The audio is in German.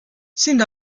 sind